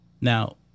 Now